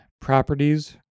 properties